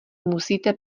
musíte